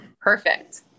Perfect